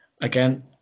Again